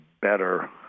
better